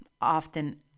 often